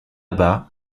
bas